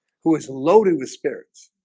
who is loaded with spirits